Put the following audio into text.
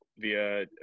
via